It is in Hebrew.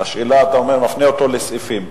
אתה מפנה אותו לסעיפים.